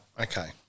Okay